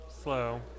slow